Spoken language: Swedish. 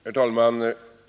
Herr talman!